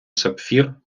сапфір